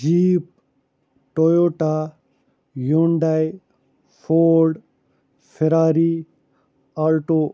jeep Toyota Hyundai Ford Ferrari Alto